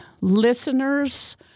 listeners